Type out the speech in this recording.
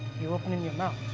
you're opening your mouth.